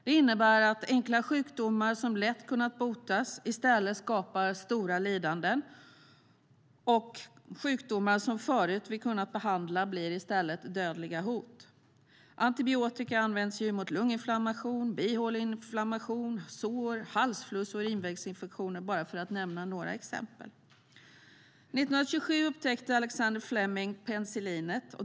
Det innebär att enkla sjukdomar som lätt har kunnat botas i stället skapar stora lidanden, och sjukdomar som vi tidigare har kunnat behandla blir dödliga hot. Antibiotika används mot lunginflammation, bihåleinflammation, sår, halsfluss och urinvägsinfektion - bara för att nämna några exempel. År 1927 upptäckte Alexander Fleming penicillinet.